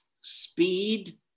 speed